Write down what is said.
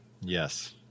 Yes